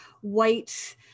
white